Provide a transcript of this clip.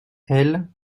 elle